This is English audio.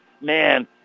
man